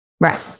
Right